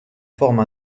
forme